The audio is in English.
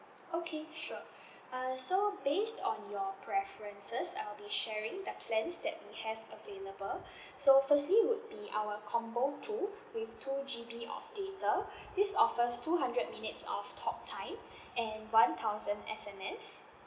okay sure uh so based on your preferences I'll be sharing the plans that we have available so firstly would be our combo two with two G_B of data this offers two hundred minutes of talk time and one thousand S_M_S